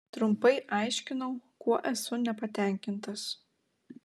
trumpai aiškinau kuo esu nepatenkintas